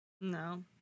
No